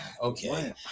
Okay